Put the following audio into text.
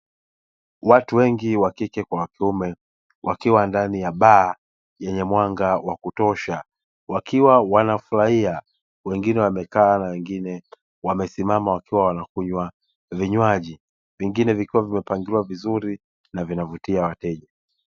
Watu wengi wa kike kwa wa kiume, wakiwa ndani ya baa yenye mwanga wa kutosha, wakiwa wanafurahia, wengine wamekaa na wengine wamesimama wakiwa wanakunywa vinywaji, vingine vikiwa vimepangiliwa vizuri na vinavutia wateja.